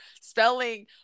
spelling